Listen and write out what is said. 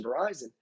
Verizon